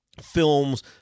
films